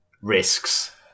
risks